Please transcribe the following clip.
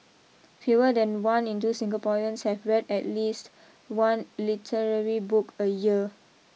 fewer than one in two Singaporeans have read at least one literary book a year